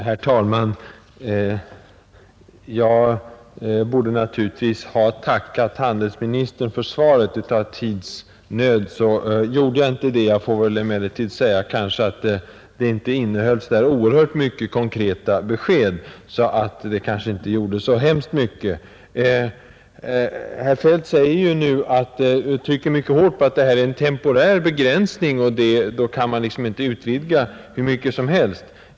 Herr talman! Jag borde naturligtvis ha tackat handelsministern för svaret. På grund av tidsnöd gjorde jag inte det. Men tyvärr innehöll svaret inte särskilt många konkreta besked, så det kanske inte gjorde så mycket. Herr Feldt trycker nu mycket hårt på, att det här är en temporär begränsning, och att man då inte kan utvidga personalen hur mycket som helst.